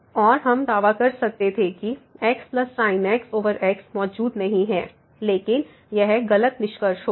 और हम दावा कर सकते थे कि xsin x x मौजूद नहीं है लेकिन यह गलत निष्कर्ष होगा